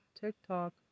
TikTok